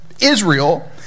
Israel